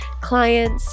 clients